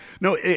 No